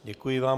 Děkuji vám.